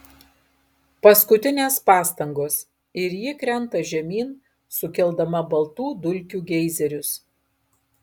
paskutinės pastangos ir ji krenta žemyn sukeldama baltų dulkių geizerius